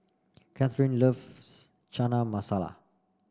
Catherine loves China Masala